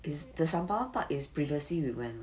is the sembawang park is previously we went